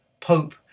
pope